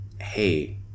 hey